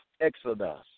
Exodus